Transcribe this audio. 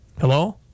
Hello